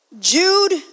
Jude